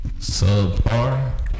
Subpar